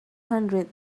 hundred